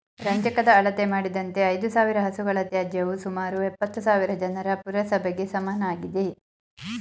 ರಂಜಕದ ಅಳತೆ ಮಾಡಿದಂತೆ ಐದುಸಾವಿರ ಹಸುಗಳ ತ್ಯಾಜ್ಯವು ಸುಮಾರು ಎಪ್ಪತ್ತುಸಾವಿರ ಜನರ ಪುರಸಭೆಗೆ ಸಮನಾಗಿದೆ